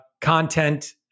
content